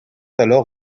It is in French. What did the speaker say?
alors